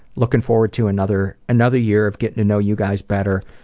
looking forward to another, another year of getting to know you guys better,